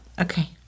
Okay